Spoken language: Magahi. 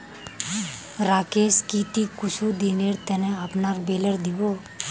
राकेश की ती कुछू दिनेर त न अपनार बेलर दी बो